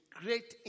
great